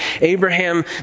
Abraham